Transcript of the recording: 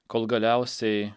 kol galiausiai